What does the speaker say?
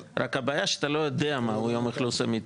רק הבעיה היא שאתה לא יודע מהו יום האכלוס האמיתי.